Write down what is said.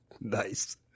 Nice